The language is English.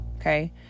Okay